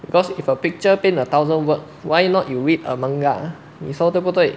because if a picture paint a thousand words why not you read a manga 你说对不对